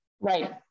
Right